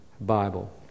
Bible